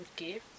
okay